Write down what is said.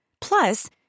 Plus